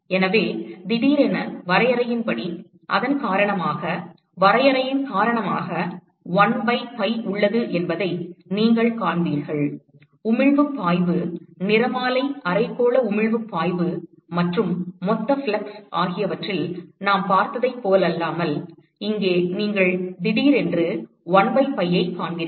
எனவே திடீரென வரையறையின் காரணமாக வரையறையின் காரணமாக 1 பை pi உள்ளது என்பதை நீங்கள் காண்பீர்கள் உமிழ்வுப் பாய்வு நிறமாலை அரைக்கோள உமிழ்வுப் பாய்வு மற்றும் மொத்தப் ஃப்ளக்ஸ் ஆகியவற்றில் நாம் பார்த்ததைப் போலல்லாமல் இங்கே நீங்கள் திடீரென்று 1 பை pi ஐக் காண்பீர்கள்